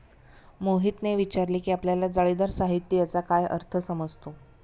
मोहितने विचारले की आपल्याला जाळीदार साहित्य याचा काय अर्थ समजतो?